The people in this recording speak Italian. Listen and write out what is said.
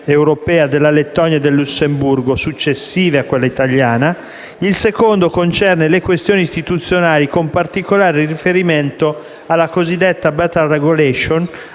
della Lettonia e del Lussemburgo, successive a quella italiana; il secondo concerne le questioni istituzionali con particolare riferimento alla cosiddetta *better regulation*,